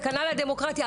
סכנה לדמוקרטיה,